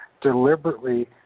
deliberately